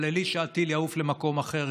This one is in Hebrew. ותתפללי שהטיל יעוף למקום אחר.